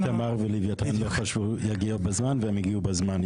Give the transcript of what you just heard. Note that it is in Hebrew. גם בתמר ולווייתן לא חשבו שיגיע בזמן והם הגיעו בזמן.